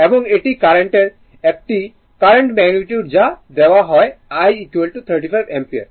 এবং এটি কারেন্টের একটি কারেন্ট ম্যাগনিটিউড যা দেওয়া হয় I 35 অ্যাম্পিয়ার